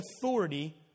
authority